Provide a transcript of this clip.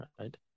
right